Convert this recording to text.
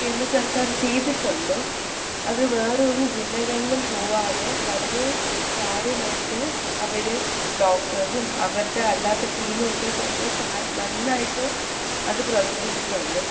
കേരളസർക്കാർ ചെയ്തിട്ടുണ്ട് അത് വേറെ ഒരു ജില്ലകളിലും പോവാതെ വളരെ കാര്യമായിട്ട് അവർ ഡോക്റ്റേഴ്സും അവരുടെ അല്ലാത്ത ടീമുവൊക്കെക്കൊണ്ട് നന്നായിട്ട് അത് പ്രവർത്തിച്ചിട്ടുണ്ട്